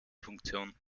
funktion